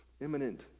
Imminent